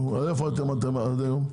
איפה הייתם עד היום?